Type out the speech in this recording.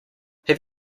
have